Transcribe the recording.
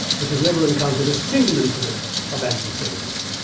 which has never encountered a single incident of anti-semitism.